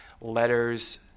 letters